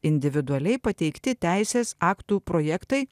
individualiai pateikti teisės aktų projektai